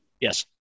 Yes